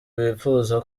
bipfuza